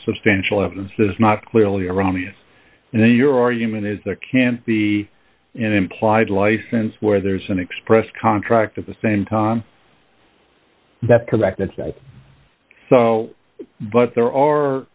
substantial evidence is not clearly erroneous and then your argument is that can't be an implied license where there's an express contract at the same time that's correct that's so but there are